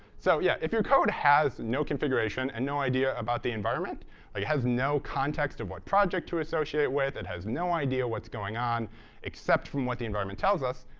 so, yeah. if your code has no configuration and no idea about the environment, or it has no context of what project to associate with, it has no idea what's going on except from what the environment tells us.